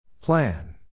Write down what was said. Plan